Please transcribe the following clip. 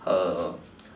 her